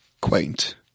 quaint